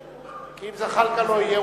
כי אם זחאלקה לא יהיה,